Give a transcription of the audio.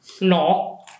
no